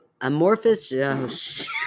amorphous